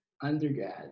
undergrad